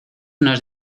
unos